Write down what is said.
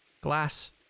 glass